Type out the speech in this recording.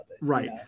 Right